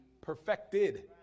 perfected